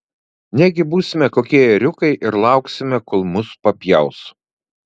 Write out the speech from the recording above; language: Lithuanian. negi būsime kokie ėriukai ir lauksime kol mus papjaus